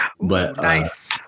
Nice